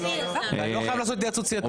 ואני לא חייב לעשות התייעצות סיעתית.